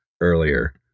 earlier